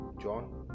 John